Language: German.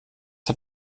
hat